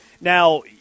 Now